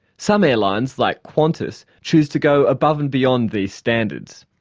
some airlines like qantas choose to go above and beyond these standards.